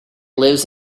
lives